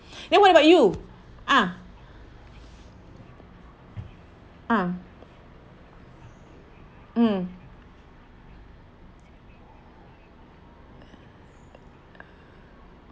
then what about you ah ah mm